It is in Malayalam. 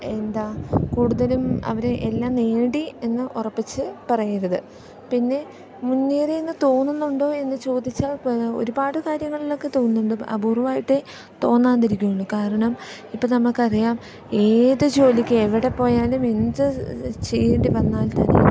എന്താണ് കൂടുതലും അവർ എല്ലാം നേടി എന്നു ഉറപ്പിച്ചു പറയരുത് പിന്നെ മുന്നേറി എന്നു തോന്നുന്നുണ്ടോ എന്നു ചോദിച്ചാൽ പിന്നെ ഒരുപാട് കാര്യങ്ങളിലൊക്കെ തോന്നുന്നു അപൂർവമായിട്ട് തോന്നാതിരിക്കുകയുള്ളു കാരണം ഇപ്പം നമ്മൾക്ക് അറിയാം ഏത് ജോലിക്ക് എവിടെ പോയാലും എന്തു ചെയ്യേണ്ടി വന്നാൽ തന്നെയും